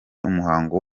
umuhango